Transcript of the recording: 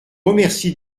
remercie